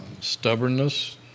stubbornness